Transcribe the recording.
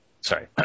sorry